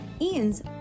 Ian's